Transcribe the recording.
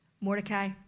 Mordecai